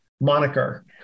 moniker